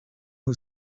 who